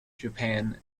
japan